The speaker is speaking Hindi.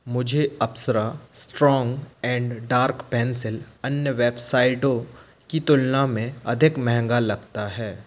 मुझे Apsara strong and dark pencil अन्य वेबसाइटों की तुलना में अधिक महंगा लगता है